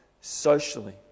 socially